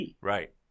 Right